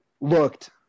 looked